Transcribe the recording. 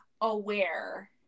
aware